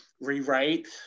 rewrite